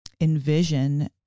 envision